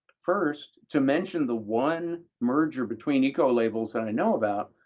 first, to mention the one merger between eco labels that i know about,